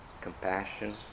compassion